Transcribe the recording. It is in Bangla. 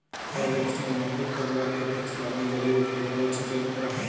ফরেল একসচেঞ্জ মার্কেটকে আমরা এফ.এক্স লামেও জালি যেখালে ফরেলসি টেরেড ক্যরা হ্যয়